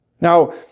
Now